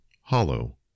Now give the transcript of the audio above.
Hollow